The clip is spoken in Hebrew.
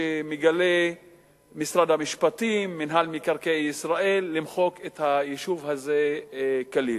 שמגלים משרד המשפטים ומינהל מקרקעי ישראל למחוק את היישוב הזה כליל.